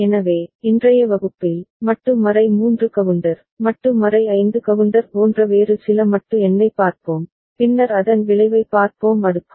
எனவே இன்றைய வகுப்பில் மட்டு 3 கவுண்டர் மட்டு 5 கவுண்டர் போன்ற வேறு சில மட்டு எண்ணைப் பார்ப்போம் பின்னர் அதன் விளைவைப் பார்ப்போம் அடுக்கு